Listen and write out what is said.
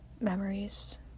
Memories